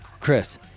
Chris